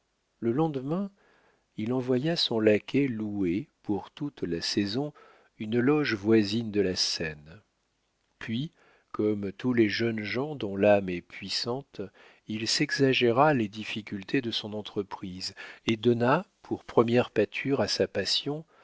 le lendemain il envoya son laquais louer pour toute la saison une loge voisine de la scène puis comme tous les jeunes gens dont l'âme est puissante il s'exagéra les difficultés de son entreprise et donna pour première pâture à sa passion